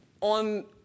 On